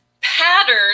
pattern